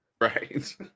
Right